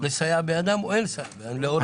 לסייע בידם או אין לסייע בידם?